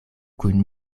kun